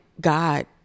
God